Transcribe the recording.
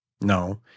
no